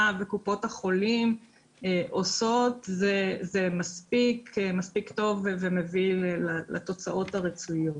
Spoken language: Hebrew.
וקופות החולים עושות זה מספיק טוב ומביא לתוצאות הרצויות.